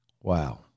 Wow